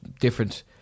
different